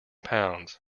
pounds